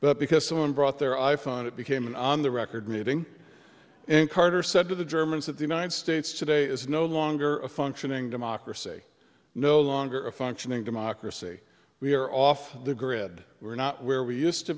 but because someone brought their i phone it became an on the record meeting and carter said to the germans that the united states today is no longer a functioning democracy no longer a functioning democracy we are off the grid we're not where we used to